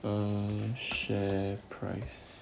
um share price